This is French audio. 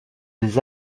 des